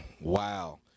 wow